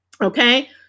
Okay